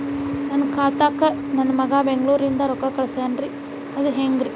ನನ್ನ ಖಾತಾಕ್ಕ ನನ್ನ ಮಗಾ ಬೆಂಗಳೂರನಿಂದ ರೊಕ್ಕ ಕಳಸ್ತಾನ್ರಿ ಅದ ಹೆಂಗ್ರಿ?